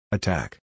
Attack